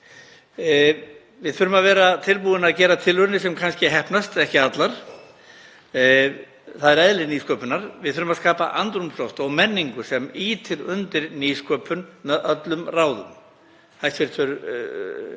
Við þurfum að vera tilbúin að gera tilraunir sem kannski heppnast ekki allar. Það er eðli nýsköpunar. Við þurfum að skapa andrúmsloft og menningu sem ýtir undir nýsköpun með öllum ráðum. Hæstv.